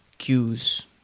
cues